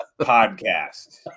podcast